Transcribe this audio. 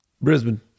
Brisbane